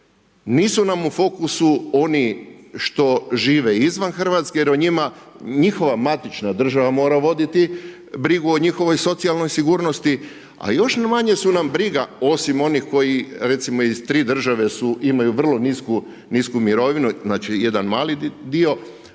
Nisu nam u fokusu oni što žive izvan RH jer o njima njihova matična država mora voditi brigu o njihovoj socijalnoj sigurnosti, a još nam manje su nam briga osim onih koji recimo iz tri države su, imaju vrlo nisku mirovinu, znači jedan mali dio,